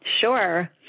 Sure